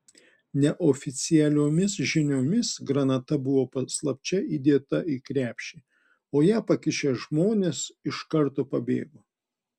neoficialiomis žiniomis granata buvo paslapčia įdėta į krepšį o ją pakišę žmonės iš karto pabėgo